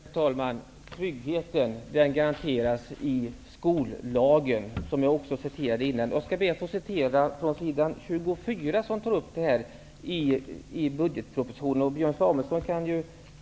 Herr talman! Tryggheten garanteras i skollagen, som jag tidigare citerat ur. Jag ber att få citera vad som sägs på s. 24 i budgetpropositionen, där sådana här frågor tas upp.